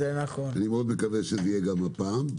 אני מקווה מאוד שזה יהיה גם הפעם.